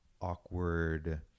awkward